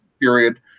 period